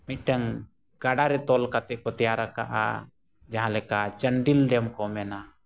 ᱢᱤᱫᱴᱟᱝ ᱜᱟᱰᱟᱨᱮ ᱛᱚᱞ ᱠᱟᱛᱮᱫ ᱠᱚ ᱛᱮᱭᱟᱨ ᱟᱠᱟᱫᱼᱟ ᱡᱟᱦᱟᱸᱞᱮᱠᱟ ᱪᱟᱱᱰᱤᱞ ᱰᱮᱢ ᱠᱚ ᱢᱮᱱᱟ